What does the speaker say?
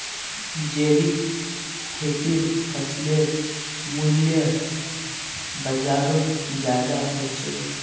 जैविक खेतीर फसलेर मूल्य बजारोत ज्यादा होचे